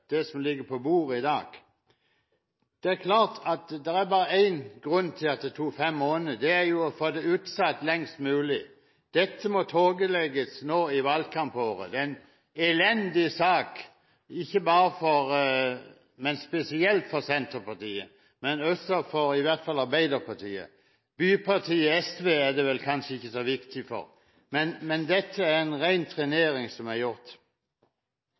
forslaget som ligger på bordet i dag. Det er klart at det bare er én grunn til at det tok fem måneder: å få det utsatt lengst mulig. Dette må tåkelegges nå i valgkampåret. Det er en elendig sak, spesielt for Senterpartiet, men også for i hvert fall Arbeiderpartiet. Bypartiet SV er det vel kanskje ikke så viktig for, men det er en ren trenering som er gjort.